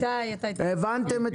הבנתם?